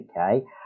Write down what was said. okay